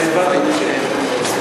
בבקשה.